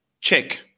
Check